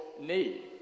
need